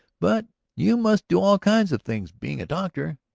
but you must do all kinds of things, being a doctor.